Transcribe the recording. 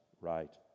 right